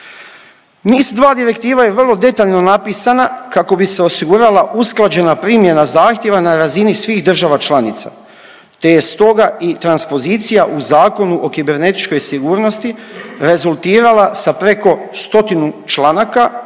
NIS2 direktiva je vrlo detaljno napisana kako bi se osigurala usklađena primjena zahtjeva na razini svih država članica te je stoga i transpozicija u Zakonu o kibernetičkoj sigurnosti rezultirala sa preko 100 članaka